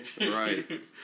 Right